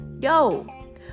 Yo